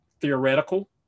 theoretical